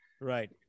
Right